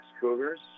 Cougars